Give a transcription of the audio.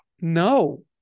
No